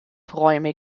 räume